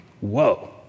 Whoa